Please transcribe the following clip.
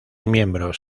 miembros